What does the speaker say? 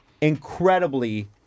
Incredibly